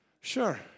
Sure